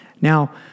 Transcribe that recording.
Now